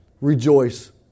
rejoice